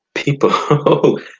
People